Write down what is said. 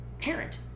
parent